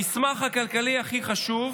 המסמך הכלכלי הכי חשוב,